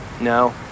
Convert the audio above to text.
No